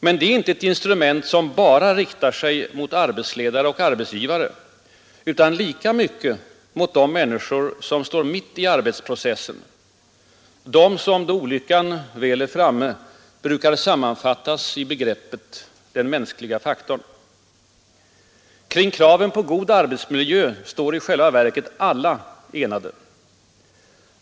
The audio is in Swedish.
Men det är inte ett instrument som bara riktar sig mot arbetsledare och arbetsgivare utan lika mycket mot de människor som står mitt i arbetsprocessen, de som då olyckan väl är framme brukar sammanfattas i begreppet ”den mänskliga faktorn”. Kring kraven på god arbetsmiljö står i själva verket alla enade.